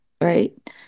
right